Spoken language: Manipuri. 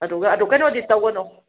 ꯑꯗꯨꯒ ꯑꯗꯨ ꯀꯩꯅꯣꯗꯤ ꯇꯧꯒꯅꯨ